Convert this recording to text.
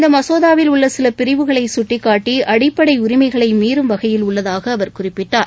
இந்த மனோதாவில் உள்ள சில பிரிவுகளைச் சுட்டிக்காட்டி அடிப்படை உரிமைகளை மீறும் வகையில் உள்ளதாக அவர் குறிப்பிட்டார்